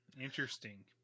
Interesting